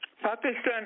Pakistan